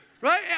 Right